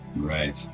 Right